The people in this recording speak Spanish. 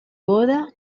boda